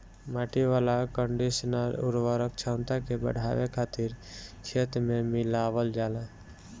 माटी वाला कंडीशनर उर्वरक क्षमता के बढ़ावे खातिर खेत में मिलावल जाला